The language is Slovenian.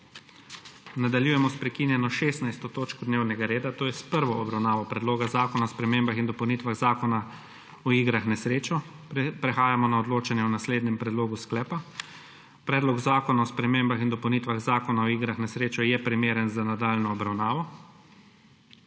Nadaljujemo s prekinjeno 16. točko dnevnega reda, to je s prvo obravnavo Predloga zakona o spremembah in dopolnitvah Zakona o igrah na srečo. Prehajamo na odločanje o naslednjem predlogu sklepa: Predlog zakona o spremembah in dopolnitvah Zakona o igrah na srečo je primeren za nadaljnjo obravnavo.